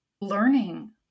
learning